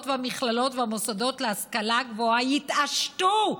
והמכללות והמוסדות להשכלה גבוהה יתעשתו,